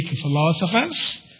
philosophers